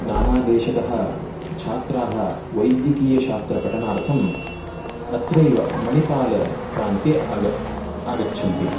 नानादेशतः छात्राः वैद्यकीयशास्त्रपठनार्थम् अत्रैव मणिपाल् प्रान्त्ये आग आगच्छन्ति